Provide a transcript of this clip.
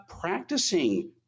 practicing